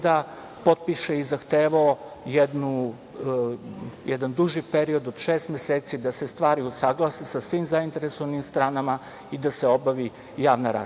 potpiše i zahtevao jedan duži period od šest meseci da se stvari usaglase sa svim zainteresovanim stranama i da se obavi javna rasprava. Tako